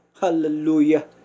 hallelujah